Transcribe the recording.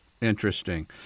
Interesting